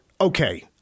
okay